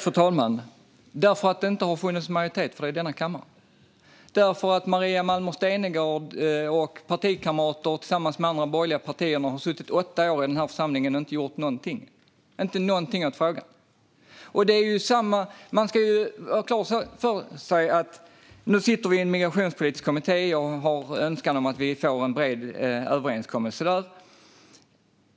Fru talman! Därför att det inte har funnits majoritet för det i denna kammare. Därför att Maria Malmer Stenergard och hennes partikamrater tillsammans med de andra borgerliga partierna har suttit åtta år i denna församling och inte gjort någonting, inte någonting, åt frågan. Man ska ha klart för sig att nu sitter vi i en migrationspolitisk kommitté och har en önskan om att nå en bred överenskommelse där.